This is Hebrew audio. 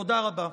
תודה רבה.